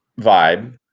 vibe